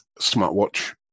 smartwatch